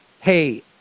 hey